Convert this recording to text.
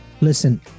listen